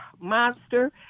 monster